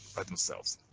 by themselves.